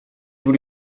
hoe